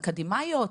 אקדמאיות?